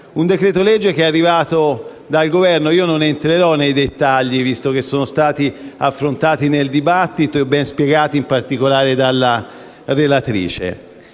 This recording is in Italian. decreto-legge, che è arrivato dal Governo. Non entrerò nei dettagli, visto che sono stati affrontati nel dibattito e ben spiegati, in particolare dalla relatrice.